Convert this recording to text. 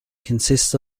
consists